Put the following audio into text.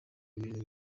ibintu